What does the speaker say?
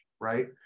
right